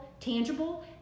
Tangible